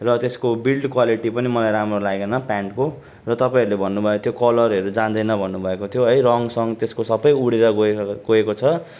र त्यसको built quality पनि मलाई राम्रो लागेन प्यान्टको र तपाईँहरूले भन्नुभएको थियो कलरहरू जाँदैन भन्नुभएको थियो है रङसङ त्यसको सबै उडेर गयो गएको छ